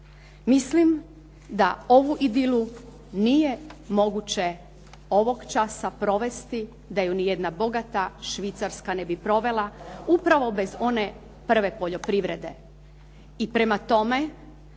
Mislim da ovu idilu nije moguće ovog časa provesti, da ju ni jedna bogata Švicarska ne bi provela, upravo bez one prve poljoprivrede.